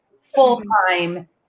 full-time